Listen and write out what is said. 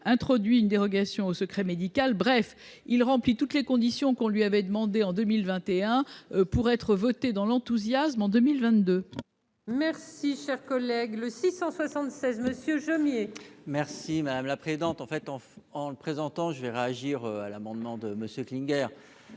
introduit une dérogation au secret médical, bref il remplit toutes les conditions qu'on lui avait demandé en 2021 pour être votée dans l'enthousiasme en 2022. Merci, cher collègue, le 676 Monsieur Jomier. Merci madame la présidente, en fait, en en le présentant, je vais réagir à l'amendement de Monsieur